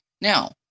Now